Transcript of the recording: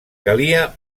calia